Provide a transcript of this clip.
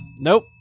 nope